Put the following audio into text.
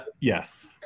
yes